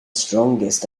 strongest